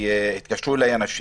והתקשרו אליי אנשים,